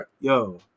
yo